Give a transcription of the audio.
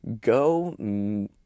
go